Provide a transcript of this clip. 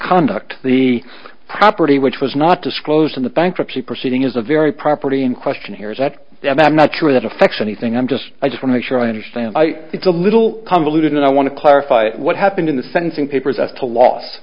conduct the property which was not disclosed in the bankruptcy proceeding is a very property in question here is that i'm not sure that affects anything i'm just i just wanna make sure i understand it's a little convoluted and i want to clarify what happened in the sentencing papers as to loss